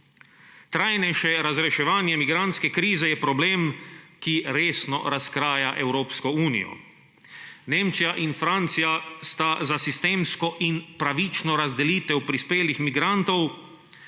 Trajnejše razreševanje migrantske krize je problem, ki resno razkraja Evropsko unijo. Nemčija in Francija sta za sistemsko in pravično razdelitev prispelih migrantov,